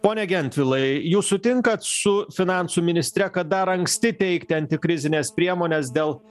pone gentvilai jūs sutinkat su finansų ministre kad dar anksti teikti antikrizines priemones dėl